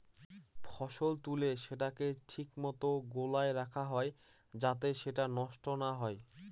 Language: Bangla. ফসল তুলে সেটাকে ঠিক মতো গোলায় রাখা হয় যাতে সেটা নষ্ট না হয়